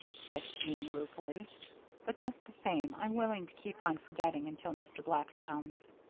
said jean, ruefully but just the same, i'm willing to keep on forgetting until mr. black comes.